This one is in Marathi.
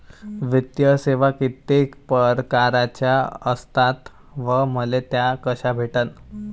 वित्तीय सेवा कितीक परकारच्या असतात व मले त्या कशा भेटन?